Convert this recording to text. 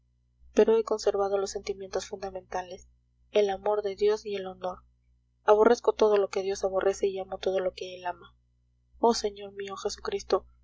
pero he conservado los sentimientos fundamentales el amor de dios y el honor aborrezco todo lo que dios aborrece y amo todo lo que él ama oh señor mío jesucristo tú que